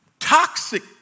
Toxic